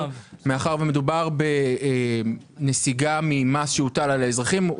מאחר ומדובר בנסיגה ממס שהוטל על האזרחים,